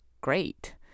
great